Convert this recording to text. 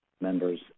members